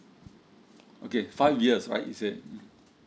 okay five years right you said